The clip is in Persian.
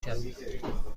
شوید